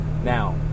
Now